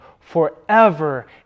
forever